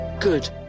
Good